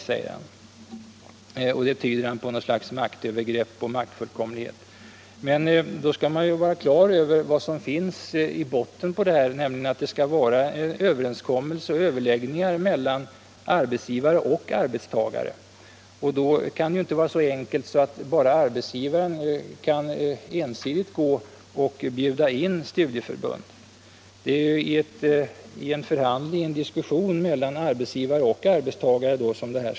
Detta tyder han som något slags maktövergrepp och maktfullkomlighet. Men då skall man vara klar över vad som finns i botten, nämligen att det skall vara överläggningar mellan arbetsgivare och arbetstagare. Därför kan inte arbetsgivaren ensidigt bjuda in studieförbund. De närmare formerna skall fastställas i förhandling eller under diskussion mellan arbetsgivare och arbetstagare.